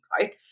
right